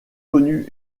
connus